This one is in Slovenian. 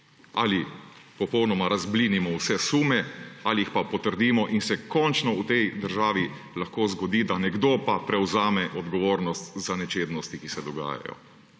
ali popolnoma razblinimo vse sume ali jih pa potrdimo in se končno v tej državi lahko zgodi, da nekdo pa prevzame odgovornost za nečednosti, ki se dogajajo.